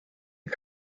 ihr